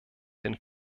den